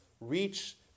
reach